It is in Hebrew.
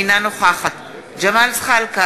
אינה נוכחת זאב אלקין,